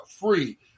free